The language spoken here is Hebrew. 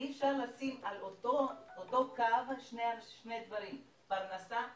אפשר לשים על אותו קו שני דברים, פרנסה ובריאות.